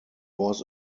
was